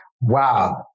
Wow